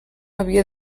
havia